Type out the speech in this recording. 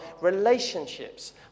relationships